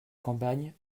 campagne